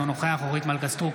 אינו נוכח אורית מלכה סטרוק,